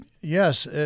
yes